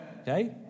Okay